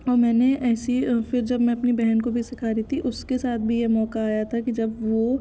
और मैंने ऐसे फिर जब मैं अपनी बहन को भी सिखा रही थी उसके साथ भी ये मौका आया था कि जब वो